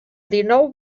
dinou